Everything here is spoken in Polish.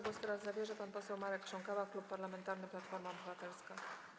Głos teraz zabierze pan poseł Marek Krząkała, Klub Parlamentarny Platforma Obywatelska.